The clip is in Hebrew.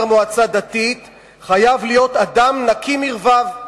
מועצה דתית חייב להיות אדם נקי מרבב.